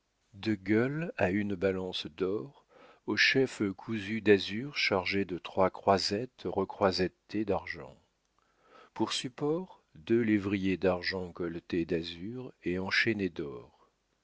de gueules à une balance d'or au chef cousu d'azur chargé de trois croisettes recroisettées d'argent pour support deux lévriers d'argent colletés d'azur et enchaînés d'or